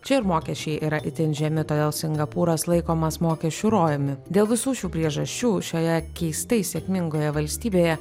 čia ir mokesčiai yra itin žemi todėl singapūras laikomas mokesčių rojumi dėl visų šių priežasčių šioje keistai sėkmingoje valstybėje